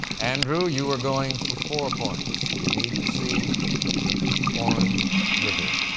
andrew, you were going for four points. we need to see the orange river.